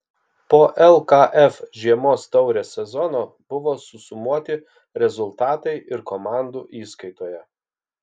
po lkf žiemos taurės sezono buvo susumuoti rezultatai ir komandų įskaitoje